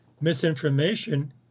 Misinformation